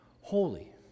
holy